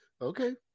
Okay